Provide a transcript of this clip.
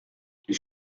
les